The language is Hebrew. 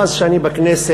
מאז שאני בכנסת,